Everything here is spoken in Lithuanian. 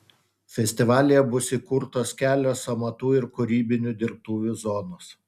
festivalyje bus įkurtos kelios amatų ir kūrybinių dirbtuvių zonos